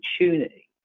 opportunity